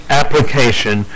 application